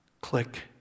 Click